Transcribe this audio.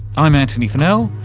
i'm antony funnell,